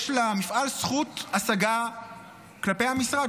יש למפעל זכות השגה כלפי המשרד,